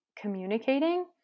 communicating